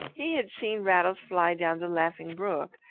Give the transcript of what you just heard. he had seen rattles fly down the laughing brook,